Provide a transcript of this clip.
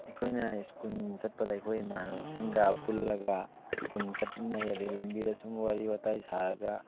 ꯑꯩꯈꯣꯏꯅ ꯁ꯭ꯀꯨꯜ ꯆꯠꯄꯗ ꯑꯩꯈꯣꯏ ꯏꯃꯥꯟꯅꯕꯁꯤꯡꯒ ꯄꯨꯜꯂꯒ ꯁ꯭ꯀꯨꯜ ꯆꯠꯃꯤꯟꯅꯩ ꯑꯗꯩ ꯂꯝꯕꯤꯗ ꯁꯨꯝ ꯋꯥꯔꯤ ꯋꯥꯇꯥꯏ ꯁꯥꯔꯒ